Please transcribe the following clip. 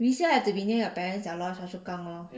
resale have to be near your parents liao lor choa chu kang lor